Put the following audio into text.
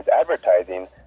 advertising